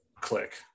click